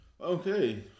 Okay